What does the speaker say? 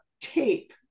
tape